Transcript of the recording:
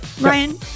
Ryan